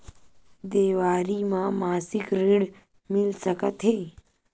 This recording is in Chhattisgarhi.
देवारी म मासिक ऋण मिल सकत हे?